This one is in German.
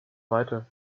weiter